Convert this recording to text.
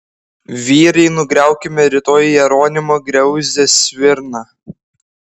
vyrai nugriaukime rytoj jeronimo griauzdės svirną